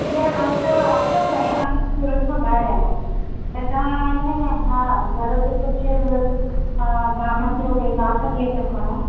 हींअर आस आयां सूरत खां ॿाहिरि आयां त तहां है ना हा घरु जेको शै मतिलबु हा बांम जो भई बांफ़ कीअं ता खणो